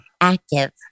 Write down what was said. active